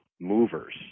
movers